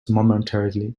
momentarily